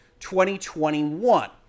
2021